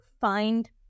find